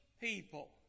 people